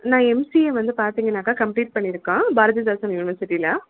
நான் எம்சிஏ வந்து பார்த்தீங்கனாக்கா கம்ப்ளீட் பண்ணியிருக்கேன் பாரதிதாசன் யூனிவெர்சிட்டியில்